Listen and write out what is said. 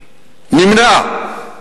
נמנעה.